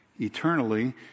eternally